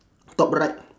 top right